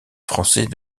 français